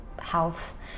health